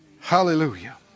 Hallelujah